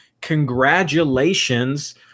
Congratulations